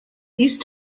these